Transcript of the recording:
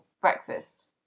breakfast